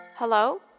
Hello